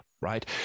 right